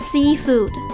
Seafood